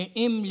שאם,